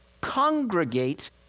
congregate